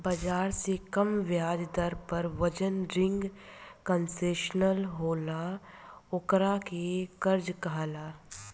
बाजार से कम ब्याज दर पर जवन रिंग कंसेशनल होला ओकरा के कर्जा कहाला